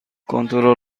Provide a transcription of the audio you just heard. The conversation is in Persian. کنترل